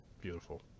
Beautiful